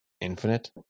infinite